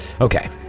Okay